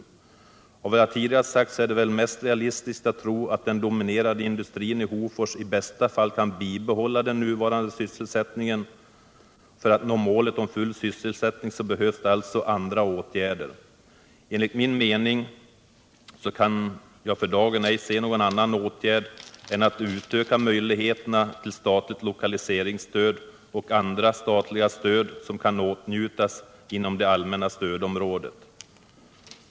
Onsdagen den Av vad jag tidigare har sagt är det väl mest realistiskt att tro att den 17 maj 1978 dominerande industrin i Hofors i bästa fall kan bibehålla den nuvarande För att nå målet full sysselsättning behövs det alltså andra åtgärder. Enligt min mening kan man för dagen ej se någon annan åtgärd än att utöka möjligheterna till statligt lokaliseringsstöd och andra statliga stöd som kan åtnjutas inom det allmänna stödområdet.